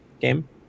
game